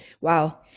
Wow